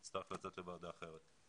אני צריך לצאת לוועדה אחרת.